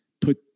put